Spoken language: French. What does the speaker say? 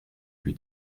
lui